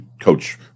coach